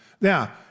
Now